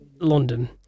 London